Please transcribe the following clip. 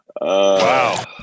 Wow